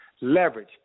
Leverage